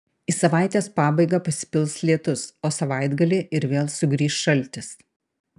į savaitės pabaigą pasipils lietus o savaitgalį ir vėl sugrįš šaltis